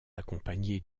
accompagnée